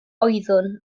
oeddwn